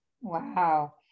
wow